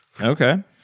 Okay